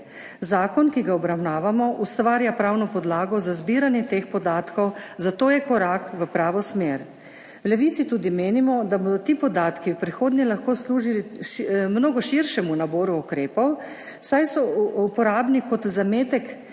Zakon, ki ga obravnavamo, ustvarja pravno podlago za zbiranje teh podatkov, zato je korak v pravo smer. V Levici tudi menimo, da bodo ti podatki v prihodnje lahko služili mnogo širšemu naboru ukrepov, saj so uporabni kot zametek